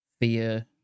Fear